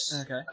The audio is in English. Okay